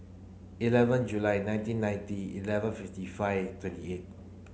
eleven July nineteen ninety eleven fifty five twenty eight